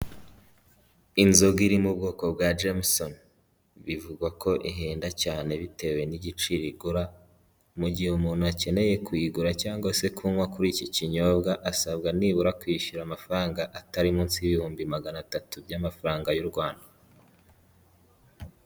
Inzoga iri mu bwoko bwa Jemusoni bivugwa ko ihenda cyane bitewe n'igiciro igura, mu gihe umuntu akeneye kuyigura cyangwa se kunywa kuri iki kinyobwa, asabwa nibura kwishyura amafaranga atari munsi y'ibihumbi magana atatu by'amafaranga y'u Rwanda.